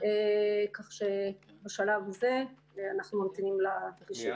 כך שבשלב הזה אנחנו ממתינים לישיבה.